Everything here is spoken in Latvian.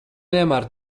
vienmēr